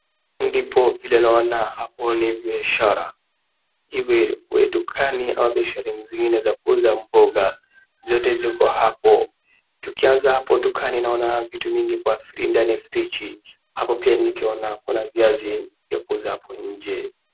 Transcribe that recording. Ndipo vile naona hapo ni biashara, iwe dukani ama biashara zingine za kuuza mboga, zote ziko hapo. Tukianza hapo dukani naona vitu mingi ndani ya friji, hapo pia nikiona kuna viazi vya kuuza hapo nje.